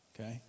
Okay